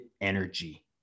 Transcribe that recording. energy